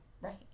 Right